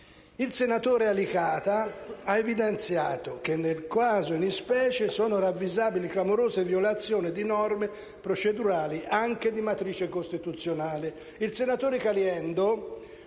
Il senatore Alicata ha evidenziato che «nel caso di specie sono ravvisabili clamorose violazioni di norme procedurali, anche di matrice costituzionale».